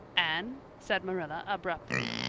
anne, said marilla abruptly,